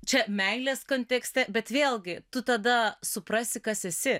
čia meilės kontekste bet vėlgi tu tada suprasi kas esi